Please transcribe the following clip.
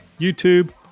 YouTube